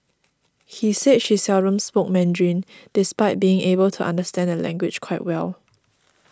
he say she seldom spoke Mandarin despite being able to understand the language quite well